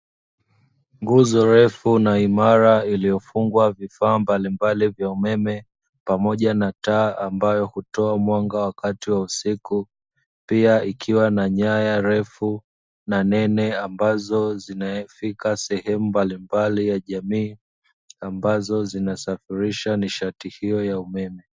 Nguzo refu na imara iliyofungwa vifaa mbalimbali vya umeme pamoja na taa ambayo hutoa mwanga wakati wa usiku, pia ikiwa na nyaya refu na nene ambazo zimefika sehemu mbalimbali za jamii ambazo zinasafirisha nishati hiyo ya umeme.